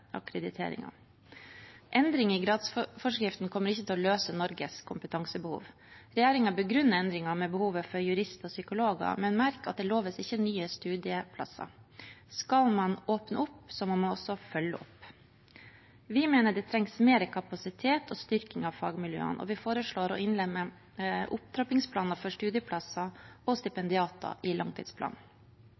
i gradsforskriften kommer ikke til å løse Norges kompetansebehov. Regjeringen begrunner endringen med behovet for jurister og psykologer, men merk at det ikke loves nye studieplasser. Skal man åpne opp, må man også følge opp. Vi mener det trengs mer kapasitet og styrking av fagmiljøene, og vi foreslår å innlemme opptrappingsplaner for studieplasser og stipendiater i langtidsplanen.